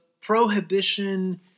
prohibition